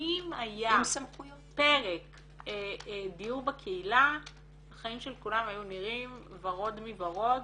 שאם היה פרק דיור בקהילה החיים של כולם היו נראים ורוד מורוד